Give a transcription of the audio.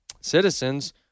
citizens